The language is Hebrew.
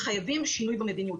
שחייבים שינוי במדיניות.